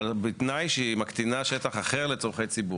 בתנאי שהיא מקטינה שטח אחר לצרכי ציבור,